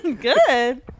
Good